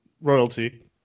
royalty